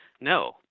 No